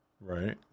Right